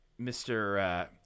Mr